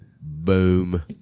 Boom